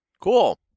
Cool